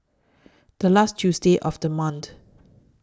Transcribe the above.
The last Tuesday of The month